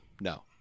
no